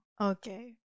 okay